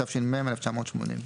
התש"ם-1980.